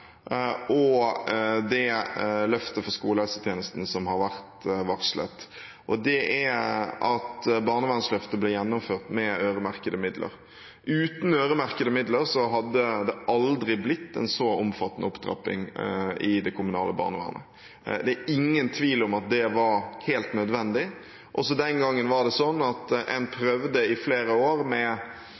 og det løftet for skolehelsetjenesten som har vært varslet, og det er at barnevernsløftet ble gjennomført med øremerkede midler. Uten øremerkede midler hadde det aldri blitt en så omfattende opptrapping i det kommunale barnevernet. Det er ingen tvil om at det var helt nødvendig. Også den gangen prøvde en i flere år med